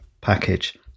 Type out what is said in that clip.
package